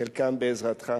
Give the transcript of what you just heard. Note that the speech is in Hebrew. חלקם בעזרתך.